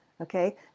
okay